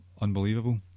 unbelievable